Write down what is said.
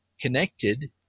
connected